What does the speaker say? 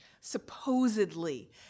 supposedly